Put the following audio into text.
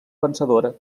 vencedora